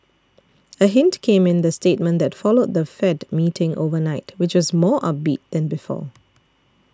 a hint came in the statement that followed the Fed meeting overnight which was more upbeat than before